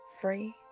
free